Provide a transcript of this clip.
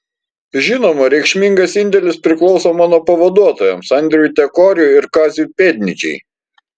žinoma reikšmingas indėlis priklauso mano pavaduotojams andriui tekoriui ir kaziui pėdnyčiai